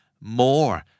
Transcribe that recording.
more